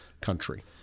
country